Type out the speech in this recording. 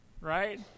right